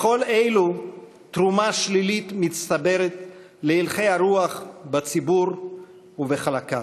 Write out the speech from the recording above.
לכל אלו תרומה שלילית מצטברת להלכי הרוח בציבור ובין חלקיו.